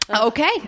Okay